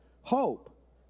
hope